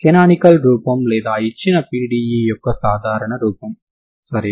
canonical రూపం లేదా ఇచ్చిన PDE యొక్క సాధారణ రూపం సరేనా